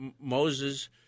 Moses